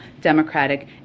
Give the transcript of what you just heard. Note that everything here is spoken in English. Democratic